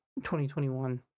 2021